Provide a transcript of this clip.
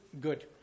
good